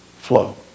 flow